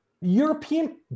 European